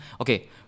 okay